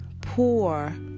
poor